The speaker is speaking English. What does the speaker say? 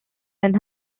than